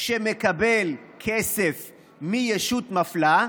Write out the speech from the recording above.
שמקבל כסף מישות מפלה,